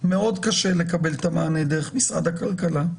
מאוד קשה לקבל את המענה דרך משרד הכלכלה.